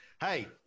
Hey